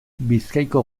bizkaiko